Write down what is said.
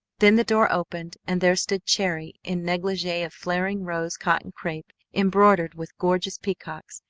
then the door opened and there stood cherry in negligee of flaring rosy cotton crepe embroidered with gorgeous peacocks,